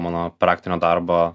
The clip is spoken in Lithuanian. mano praktinio darbo